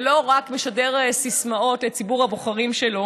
ולא רק משדר סיסמאות לציבור הבוחרים שלו,